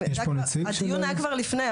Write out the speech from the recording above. הדיון היה כבר לפני,